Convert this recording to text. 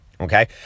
Okay